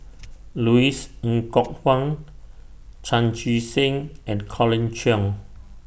Louis Ng Kok Kwang Chan Chee Seng and Colin Cheong